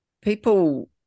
people